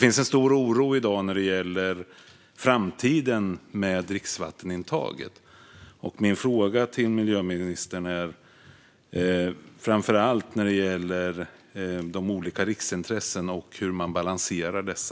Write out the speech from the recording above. När det gäller dricksvattnet finns en stor oro för framtiden. Min fråga till miljöministern gäller framför allt de olika riksintressena och hur man balanserar dessa.